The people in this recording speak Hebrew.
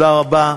תודה רבה.